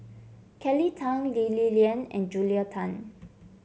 Kelly Tang Lee Li Lian and Julia Tan